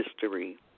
history